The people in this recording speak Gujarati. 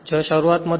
જ્યાં શરૂઆતમાં જ છે